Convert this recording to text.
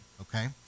okay